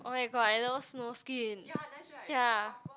oh-my-god I love snow skin ya